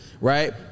right